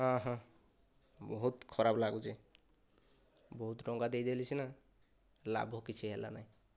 ଅହଁ ବହୁତ ଖରାପ ଲାଗୁଛି ବହୁତ ଟଙ୍କା ଦେଇଦେଲି ସିନା ଲାଭ କିଛି ହେଲା ନାହିଁ